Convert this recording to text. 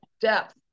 depth